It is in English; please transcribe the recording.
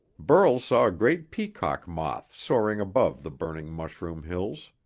burl saw a great peacock moth soaring above the burning mushroom hills.